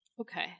Okay